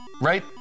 Right